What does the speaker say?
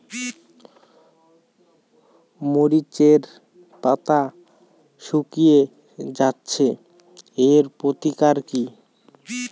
মরিচের পাতা শুকিয়ে যাচ্ছে এর প্রতিকার কি?